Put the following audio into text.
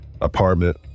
apartment